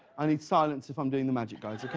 i need silence if i'm doing the magic. okay?